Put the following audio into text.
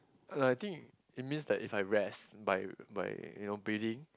like I think it means that if I rest by by you know breathing